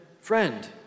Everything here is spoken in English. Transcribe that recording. Friend